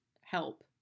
help